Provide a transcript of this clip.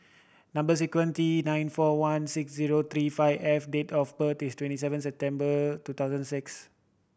number sequence T nine four one six zero three five F date of birth is twenty seven September two thousand and six